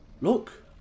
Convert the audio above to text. Look